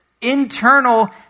internal